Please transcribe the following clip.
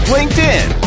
LinkedIn